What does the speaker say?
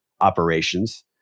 operations